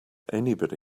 anybody